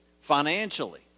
financially